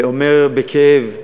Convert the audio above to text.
אומר בכאב,